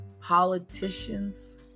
politicians